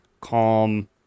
calm